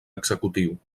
executiu